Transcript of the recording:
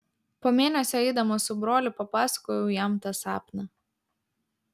po mėnesio eidamas su broliu papasakojau jam tą sapną